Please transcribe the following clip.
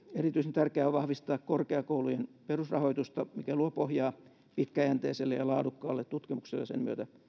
erityisen tärkeää on vahvistaa korkeakoulujen perusrahoitusta mikä luo pohjaa pitkäjänteiselle ja laadukkaalle tutkimukselle ja sen myötä